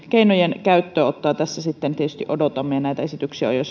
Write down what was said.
keinojen käyttöönottoa tässä sitten tietysti odotamme ja näitä esityksiä on jo